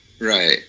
Right